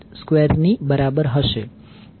તો તેનો અર્થ શું છે